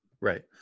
right